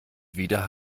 wieder